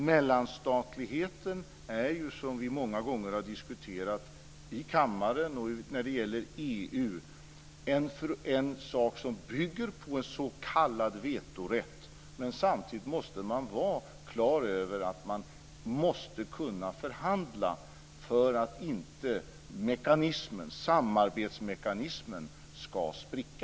Mellanstatligheten är som vi många gånger har diskuterat i kammaren och när det gäller EU en sak som bygger på en s.k. vetorätt, men samtidigt måste man vara klar över att man måste kunna förhandla för att inte samarbetsmekanismen ska spricka.